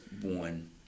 one